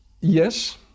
Yes